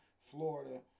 Florida